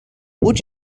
would